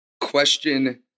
question